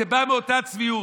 זה בא מאותה צביעות.